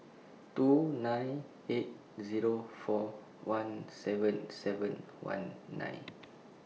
two nine eight Zero four one seven seven one nine